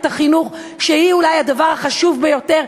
החינוך שהיא אולי הדבר החשוב ביותר,